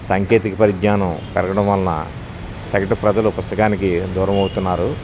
సాంకేతిక పరిజ్ఞానం పెరగడం వలన సగటు ప్రజలు పుస్తకానికి దూరమవుతున్నారు